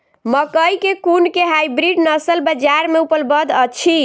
मकई केँ कुन केँ हाइब्रिड नस्ल बजार मे उपलब्ध अछि?